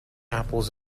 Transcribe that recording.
apples